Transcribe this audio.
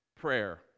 prayer